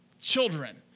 children